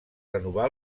renovar